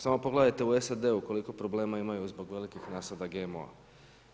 Smo pogledajte u SAD-u koliko problema imaju zbog velikih nasada GMO-a.